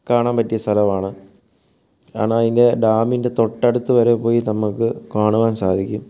കാണാൻ പറ്റിയ സ്ഥലമാണ് കാരണം അതിൻ്റെ ഡാമിൻ്റെ തൊട്ടടുത്തുവരെ പോയി നമുക്ക് കാണുവാൻ സാധിക്കും